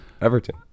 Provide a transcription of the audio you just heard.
Everton